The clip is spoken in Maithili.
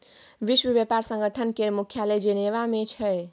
विश्व बेपार संगठन केर मुख्यालय जेनेबा मे छै